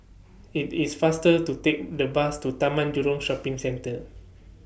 IT IS faster to Take The Bus to Taman Jurong Shopping Centre